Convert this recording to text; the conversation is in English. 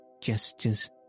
gestures